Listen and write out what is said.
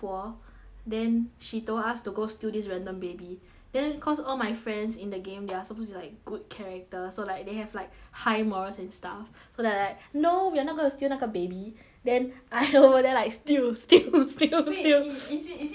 then she told us to go steal this random baby then cause all my friends in the game they're suppose to be like good character so like they have like high morals and stuff so that I like no we're not gonna steal 那个 baby then I will then like steal steal steal steal wait i~ is~it is it like Avalon